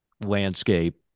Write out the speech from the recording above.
landscape